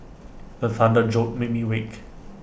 the thunder jolt me awake